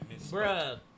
Bruh